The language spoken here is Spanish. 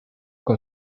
con